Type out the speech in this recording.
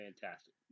fantastic